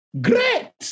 Great